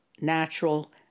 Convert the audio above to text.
natural